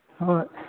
ꯍꯣꯏ